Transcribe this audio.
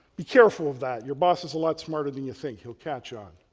be careful of that, your boss is a lot smarter than you think. he'll catch on,